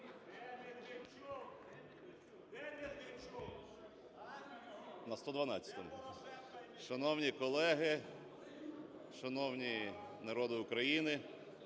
Шановні колеги, шановний народе України!